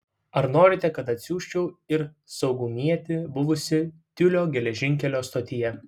ar norite kad atsiųsčiau ir saugumietį buvusį tiulio geležinkelio stotyje